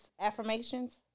affirmations